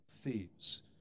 thieves